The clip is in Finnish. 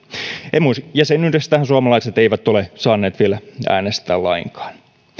emu jäsenyydestä suomalaiset eivät ole saaneet vielä äänestää lainkaan